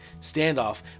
standoff